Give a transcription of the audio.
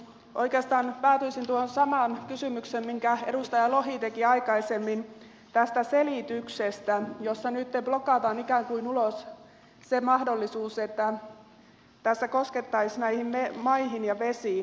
oikeastaan päätyisin tuohon samaan kysymykseen minkä edustaja lohi teki aikaisemmin tästä selityksestä jossa nytten blokataan ikään kuin ulos se mahdollisuus että tässä koskettaisiin näihin maihin ja vesiin